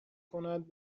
کند